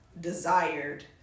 desired